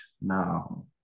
now